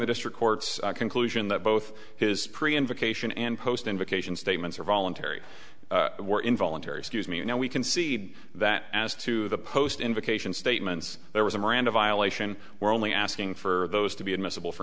the district court's conclusion that both his pre invocation and post invocation statements are voluntary were involuntary scuse me and now we can see that as to the post invocation statements there was a miranda violation we're only asking for those to be admissible for